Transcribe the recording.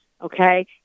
Okay